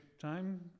time